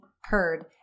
heard